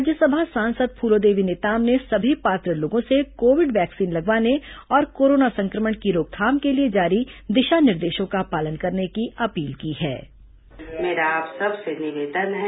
राज्यसभा सांसद फूलोदेवी नेताम ने सभी पात्र लोगों से कोविड वैक्सीन लगवाने और कोरोना संक्रमण की रोकथाम के लिए जारी दिशा निर्देशों का पालन करने की अपील की है